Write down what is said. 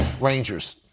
Rangers